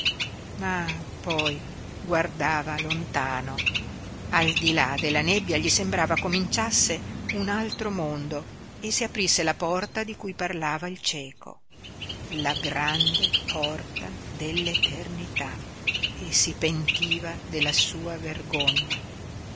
ma poi guardava lontano al di là della nebbia gli sembrava cominciasse un altro mondo e si aprisse la porta di cui parlava il cieco la grande porta dell'eternità e si pentiva della sua vergogna